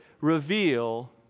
reveal